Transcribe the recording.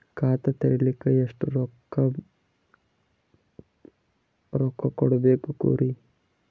ಖಾತಾ ತೆರಿಲಿಕ ಎಷ್ಟು ರೊಕ್ಕಕೊಡ್ಬೇಕುರೀ?